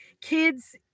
kids